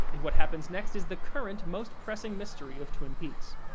and what happens next is the current most-pressing mystery of twin peaks.